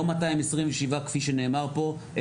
לא 227 כפי שנאמר פה,